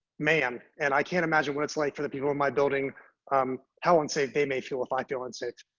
man, and i can't imagine what it's like for the people in my building um how unsafe, they may feel if i go and say,